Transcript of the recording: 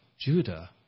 Judah